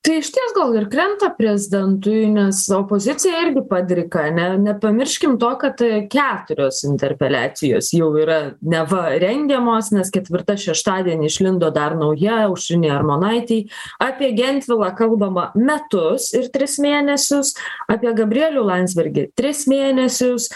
tai išties gal ir krenta prezidentui nes opozicija irgi padrika ane nepamirškim to kad keturios interpeliacijos jau yra neva rengiamos nes ketvirta šeštadienį išlindo dar nauja aušrinei armonaitei apie gentvilą kalbama metus ir tris mėnesius apie gabrielių landsbergį tris mėnesius